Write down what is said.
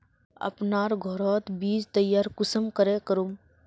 अपना घोरोत बीज तैयार कुंसम करे करूम?